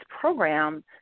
program